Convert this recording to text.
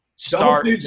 Start